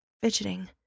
fidgeting